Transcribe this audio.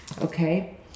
Okay